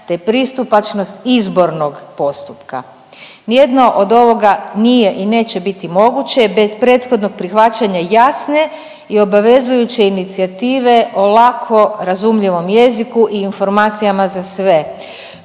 te pristupačnost izbornog postupka. Nijedno od ovoga nije i neće biti moguće bez prethodnog prihvaćanja jasne i obavezujuće inicijative o lako razumljivom jeziku i informacijama za sve